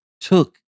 took